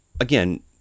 again